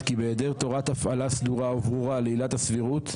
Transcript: כי בהיעדר תורת הפעלה סדורה וברורה לעילת הסבירות,